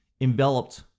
enveloped